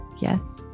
Yes